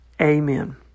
Amen